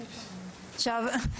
עכשיו,